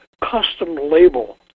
custom-label